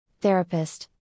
therapist